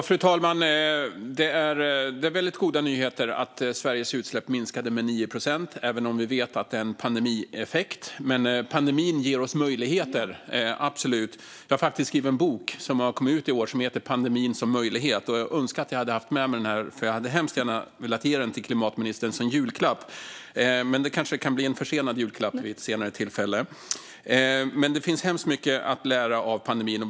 Fru talman! Det är väldigt goda nyheter att Sveriges utsläpp minskade med 9 procent, även om vi vet att det är en pandemieffekt. Pandemin ger oss möjligheter, absolut. Jag har faktiskt skrivit en bok som har kommit ut i år och som heter Pandemin som möjlighet . Jag önskar att jag hade haft med mig den här, för jag hade hemskt gärna velat ge den till klimatministern som julklapp. Den kanske kan bli en försenad julklapp vid ett senare tillfälle. Det finns hemskt mycket att lära av pandemin.